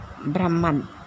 Brahman